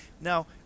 now